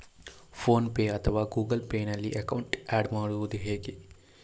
Phone pay ಅಥವಾ Google Pay ನಲ್ಲಿ account add ಮಾಡುವುದು ಹೇಗೆ?